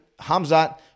Hamzat